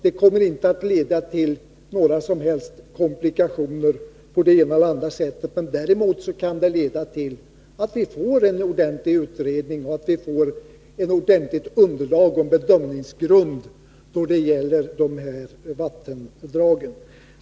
Det kommer inte att leda till några som helst komplikationer på det ena eller andra sättet. Däremot kan det leda till att vi får en ordentlig utredning och därmed en ordentlig bedömningsgrund då det gäller de här vattendragen.